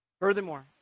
Furthermore